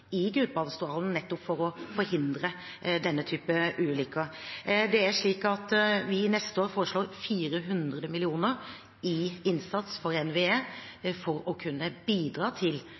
i Gudbrandsdalen, nettopp for å forhindre denne typen ulykker. For neste år foreslår vi 400 mill. kr i innsats til NVE for å kunne bidra til